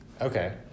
Okay